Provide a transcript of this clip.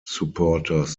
supporters